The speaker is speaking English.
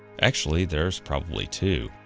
actually, there's probably two.